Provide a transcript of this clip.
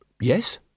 yes